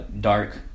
dark